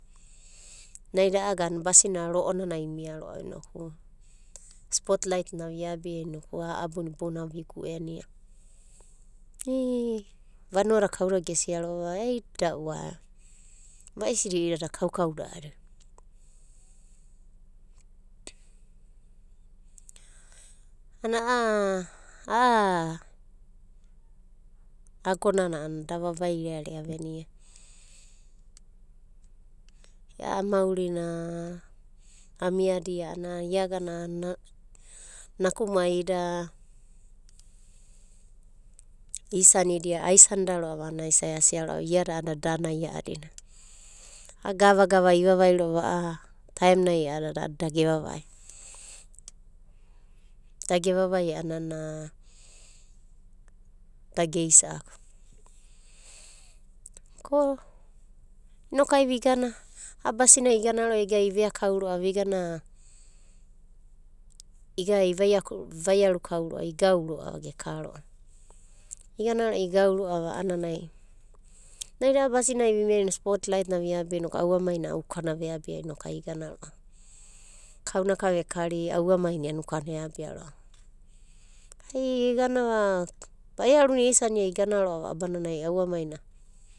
Naida a'a basi na ro'onanai imia ro'ava inoku spot lait na viabi inoku a'a abuna ibounanai vigu'ena. Vanua da kaudada gesia ro'ava aida'uai va'isidi i'idada kaukauda a'adina. Ana a'a agonana a'ana da vavairearea venia. A'a maurina amiadia a'anana ia agana nakumaida, isanidia, aisanidia ro'ava a'ana asia ro'ava iada a'ana da nai a'adina. A'a gava gava ivavai ro'ava a'a taemnai a'adada da gevavai. Da gevavai a'anana da geisa'aku ko inokai vigana a'a basinai igana ro'ava iveakau ro'ava. Vigana iga ivaiaku, ivaiaru kau ro'a, igau ro'ava geka ro'ava. Igana ro'a igau ro'a a'anai naida a'a basinai vimia inoku spot lait nai viabia inoku auamaina ukana veabia inokai igana ro'ava. Kaunaka vekari, auamaina iana ukana eabia ro'ava. Ai iganava vaiaruna isania igana ro'a abananai auamaina.